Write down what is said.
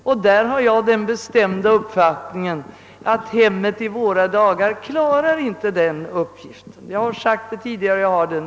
På den punkten har jag den bestämda uppfattningen, att hemmet i våra dagar inte klarar den uppgiften.